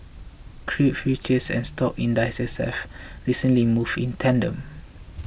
crude futures and stock indices have recently moved in tandem